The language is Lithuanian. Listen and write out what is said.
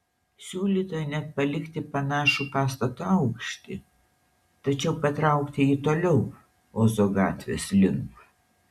siūlyta net palikti panašų pastato aukštį tačiau patraukti jį toliau ozo gatvės link